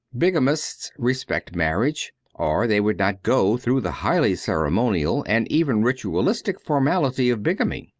bigamists respect marriage, or they would not go through the highly ceremonial and even ritualistic formality of bigamy.